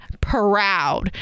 proud